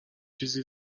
چیزی